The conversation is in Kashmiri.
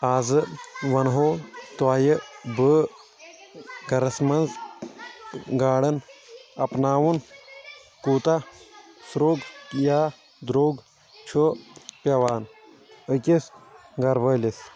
آز وَنہو تۄہہِ بہٕ گَرَس منٛز گاڑن اَپناوُن کوٗتاہ سرٛوگ یا درٛوگ چھُ پٮ۪وان أکِس گَرٕ وٲلِس